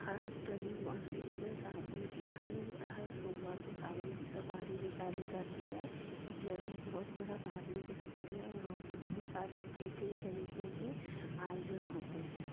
हर गली में से इधर से अपन की हर हर सोमवार को सावन की सवारी निकाली जाती है उज्जैन एक बहुत बड़ा धार्मिक स्थल है यहाँ पर बहुत सारे कई कई तरीकों के आयोजन होते हैं